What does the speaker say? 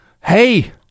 hey